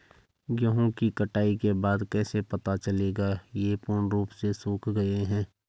गेहूँ की कटाई के बाद कैसे पता चलेगा ये पूर्ण रूप से सूख गए हैं?